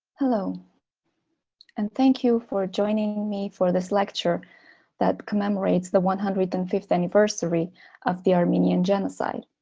hello and thank you for joining me for this lecture that commemorates the one hundred and fifth anniversary of the armenian genocide